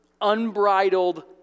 unbridled